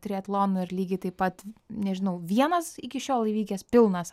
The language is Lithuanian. triatlono ir lygiai taip pat nežinau vienas iki šiol įvykęs pilnas